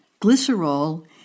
glycerol